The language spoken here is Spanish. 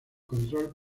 control